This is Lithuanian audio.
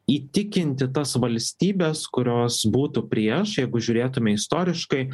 įtikinti tas valstybes kurios būtų prieš jeigu žiūrėtume istoriškai